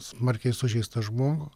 smarkiai sužeistą žmogų